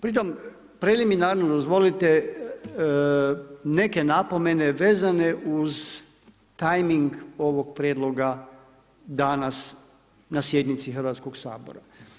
Pri tome preliminarno dozvolite, neke napomene vezane uz tajming ovog prijedloga danas na sjednici Hrvatskog sabora.